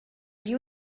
you